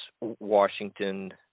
Washington